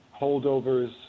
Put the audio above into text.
holdovers